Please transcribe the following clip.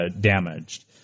damaged